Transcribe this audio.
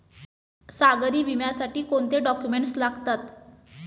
सागरी विम्यासाठी कोणते डॉक्युमेंट्स लागतात?